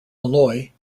malloy